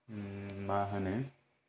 मा होनो